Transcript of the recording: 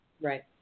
Right